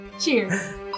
Cheers